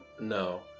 no